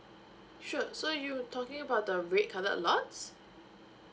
sure so you talking about the red coloured lots